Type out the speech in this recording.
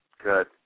Good